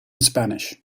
spanish